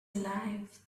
alive